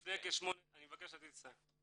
אני מבקש לתת לי לסיים.